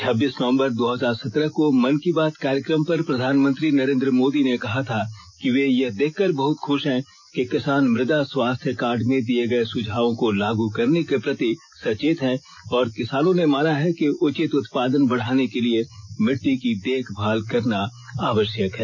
छब्बीस नवंबर दो हजार सत्रह को मन की बात कार्यक्रम पर प्रधानमंत्री नरेंद्र मोदी ने कहा था कि वे यह देखकर बहुत खुश हैं कि किसान मृदा स्वास्थ्य कार्ड में दिए गए सुझावों को लागू करने के प्रति सचेत हैं और किसानों ने माना है कि उचित उत्पादन बढ़ाने के लिए मिट्टी की देखभाल करना आवश्यक है